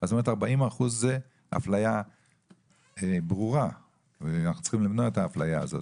אז 40% זה אפליה ברורה ואנחנו צריכים למנוע את האפליה הזאת.